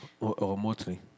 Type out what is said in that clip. remotely